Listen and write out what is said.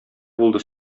булды